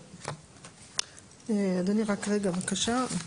אדוני, רק רגע בבקשה.